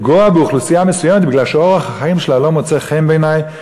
לפגוע באוכלוסייה מסוימת מכיוון שאורח החיים שלה לא מוצא חן בעיני,